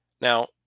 Now